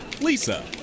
Lisa